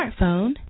smartphone